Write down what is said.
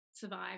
survive